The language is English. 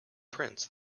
prince